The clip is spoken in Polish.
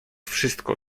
wszystko